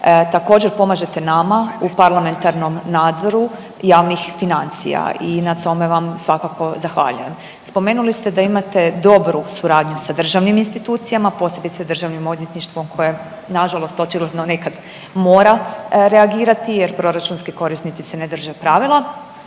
Također pomažete nama u parlamentarnom nadzoru javnih financija i na tome vam svakako zahvaljujem. Spomenuli ste da imate dobru suradnju sa državnim institucijama, posebice sa državnim odvjetništvom koje nažalost očigledno nekad mora reagirati jer proračunski korisnici se ne drže pravila,